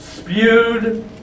Spewed